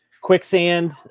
quicksand